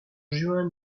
juin